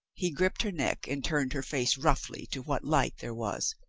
he gripped her neck and turned her face roughly to what light there was.